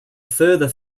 further